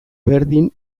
berdin